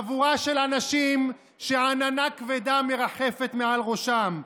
חבורה של אנשים שעננה כבדה מרחפת מעל ראשם.